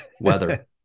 weather